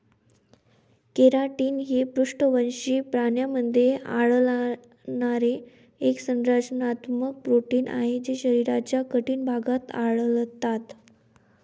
keratin हे पृष्ठवंशी प्राण्यांमध्ये आढळणारे एक संरचनात्मक प्रोटीन आहे जे शरीराच्या कठीण भागात आढळतात